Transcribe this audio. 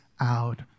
out